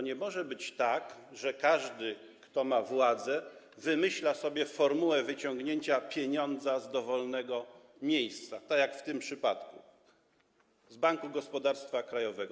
Nie może być tak, że każdy, kto ma władzę, wymyśla sobie formułę wyciągnięcia pieniądza z dowolnego miejsca, tak jak w tym przypadku z Banku Gospodarstwa Krajowego.